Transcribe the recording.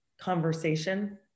conversation